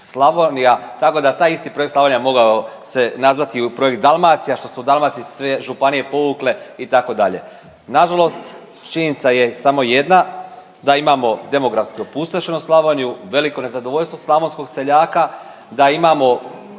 Slavonija, tako da taj isti projekt Slavonija mogao se nazvati projekt Dalmacija, što smo u Dalmaciji sve županije povukle, itd. Nažalost činjenica je samo jedna, da imamo demografski opustošenu Slavoniju, veliko nezadovoljstvo slavonskog seljaka, da imamo